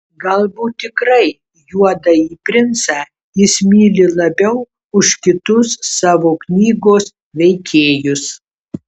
galbūt tikrai juodąjį princą jis myli labiau už kitus savo knygos veikėjus